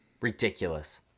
Ridiculous